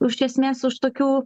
iš esmės už tokių